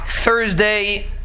Thursday